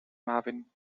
marvin